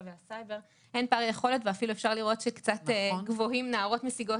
והסייבר אין פערי יכולת ואפילו אפשר לראות שנערות משיגות